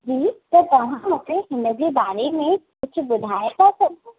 हूं त तव्हां हिनजे बारे में कुझु ॿुधाइ था सघो